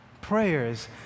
Prayers